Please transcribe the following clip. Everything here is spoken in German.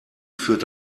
führt